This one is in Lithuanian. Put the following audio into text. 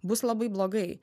bus labai blogai